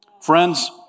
Friends